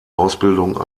ausbildung